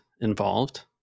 involved